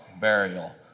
burial